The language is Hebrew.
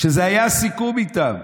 כשזה היה הסיכום איתם,